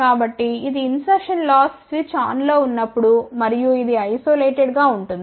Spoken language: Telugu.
కాబట్టి ఇది ఇన్సర్షన్ లాస్ స్విచ్ ఆన్లో ఉన్నప్పుడు మరియు ఇది ఐసోలేటెడ్ గా ఉంటుంది